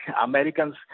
Americans